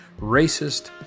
racist